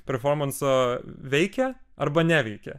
performanso veikia arba neveikia